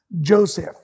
Joseph